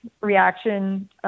reaction